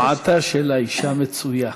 דמעתה של האישה מצויה.